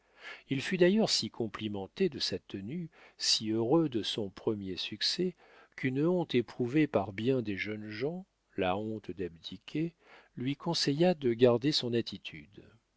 il fut d'ailleurs si complimenté de sa tenue si heureux de son premier succès qu'une honte éprouvée par bien des jeunes gens la honte d'abdiquer lui conseilla de garder son attitude